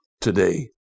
today